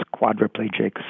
quadriplegics